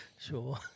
Sure